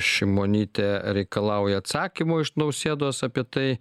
šimonytė reikalauja atsakymų iš nausėdos apie tai